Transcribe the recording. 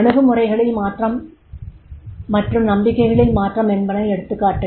அணுகுமுறைகளில் மாற்றம் மற்றும் நம்பிக்கைகளில் மாற்றம் என்பன எடுத்துக்காட்டுகள்